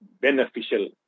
beneficial